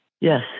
Yes